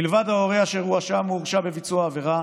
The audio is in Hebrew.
מלבד ההורה אשר הואשם או הורשע בביצוע עבירה,